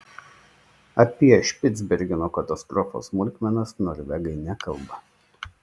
apie špicbergeno katastrofos smulkmenas norvegai nekalba